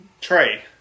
Trey